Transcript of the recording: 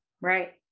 Right